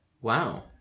Wow